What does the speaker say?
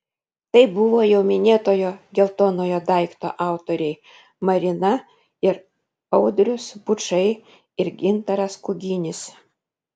tai buvo jau minėtojo geltonojo daikto autoriai marina ir audrius bučai ir gintaras kuginis